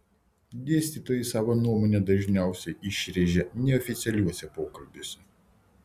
dėstytojai savo nuomonę dažniausiai išrėžia neoficialiuose pokalbiuose